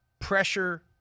pressure